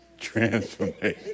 transformation